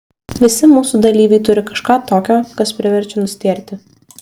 visi mūsų dalyviai turi kažką tokio kas priverčia nustėrti